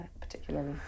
particularly